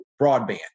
broadband